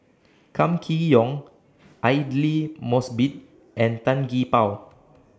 Kam Kee Yong Aidli Mosbit and Tan Gee Paw